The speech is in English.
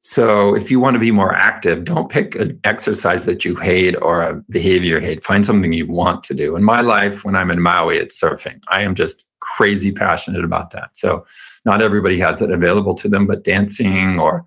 so if you want to be more active, don't pick an exercise that you hate or a behavior you hate. find something you want to do. in my life, when i'm in maui, it's surfing. i am just crazy passionate about that. so not everybody has that available to them, but dancing or